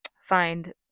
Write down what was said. find